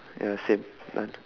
ya same